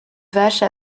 vache